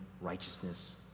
righteousness